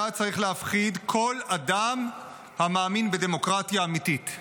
צריך להפחיד כל אדם המאמין בדמוקרטיה אמיתית"?